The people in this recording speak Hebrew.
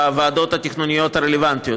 בוועדות התכנוניות הרלוונטיות.